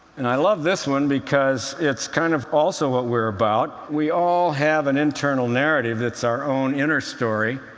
and i love this one, because it's kind of also what we're about. we all have an internal narrative that's our own inner story.